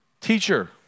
Teacher